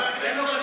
הוא שאל אותי